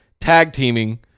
tag-teaming